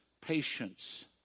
patience